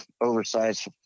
oversized